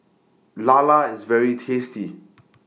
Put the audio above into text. Lala IS very tasty